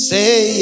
Say